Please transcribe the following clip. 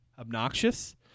Obnoxious